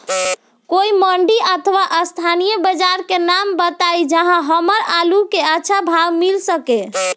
कोई मंडी अथवा स्थानीय बाजार के नाम बताई जहां हमर आलू के अच्छा भाव मिल सके?